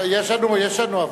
אין ערבים, אין שערים.